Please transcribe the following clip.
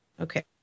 Okay